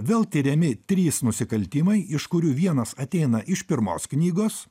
vėl tiriami trys nusikaltimai iš kurių vienas ateina iš pirmos knygos